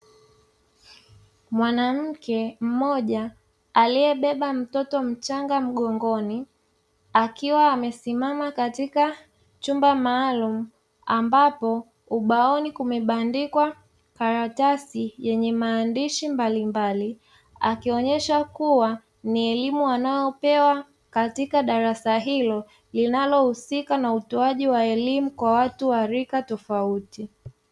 Mwanamke mmoja aliyembeba mtoto mchanga mgongoni akiwa amesimama ndani ya chumba maalumu ambapo ubaoni kumebandikwa karatasi yenye maandishi mbalimbali akionyesha kuwa ni elimu wanayopewa katika darasa hilo kwa watu wa rika tofauti.